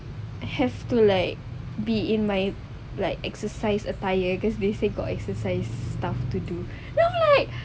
have to like be in my like exercise attire cause they said got exercise stuff to do no like